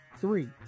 three